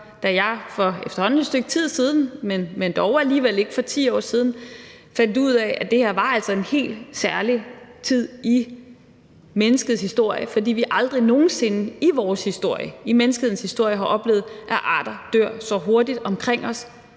da jeg for efterhånden et stykke tid siden, men dog alligevel ikke for 10 år siden, fandt ud af, at det her altså var en helt særlig tid i menneskets historie, fordi vi aldrig nogen sinde i vores historie, i menneskehedens historie, har oplevet, at arter dør så hurtigt omkring os,